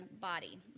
body